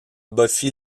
buffy